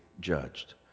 judged